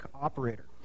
operator